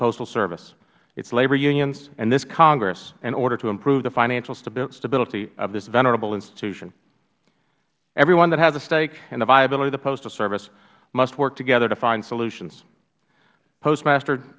postal service its labor unions and this congress in order to improve the financial stability of this venerable institution everyone that has a stake in the viability of the postal service must work together to find solutions postmaster